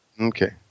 Okay